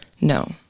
no